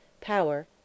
power